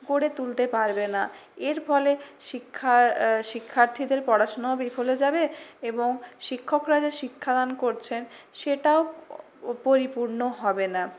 গড়ে তুলতে পারবে না এর ফলে শিক্ষা শিক্ষার্থীদের পড়াশোনাও বিফলে যাবে এবং শিক্ষকরা যে শিক্ষাদান করছেন সেটাও পরিপূর্ণ হবে না